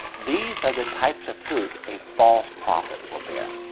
these are the types of fruit a false prophet will bear.